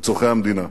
לצורכי המדינה.